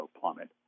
plummet